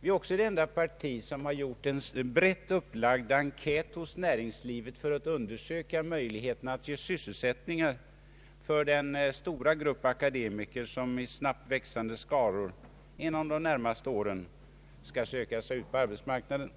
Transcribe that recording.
Vi är också det enda parti som gjort en brett upplagd enkät hos näringslivet för att undersöka möjligheterna att ge sysselsättning åt de stora grupper akademiker som i snabbt växande skaror inom de närmaste åren skall söka sig ut på arbetsmarknaden.